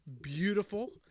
Beautiful